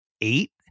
Eight